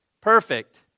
Perfect